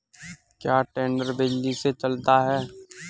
क्या टेडर बिजली से चलता है?